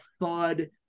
thud